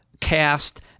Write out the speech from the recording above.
cast